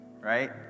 right